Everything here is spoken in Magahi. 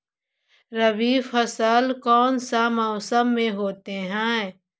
रवि फसल कौन सा मौसम में होते हैं?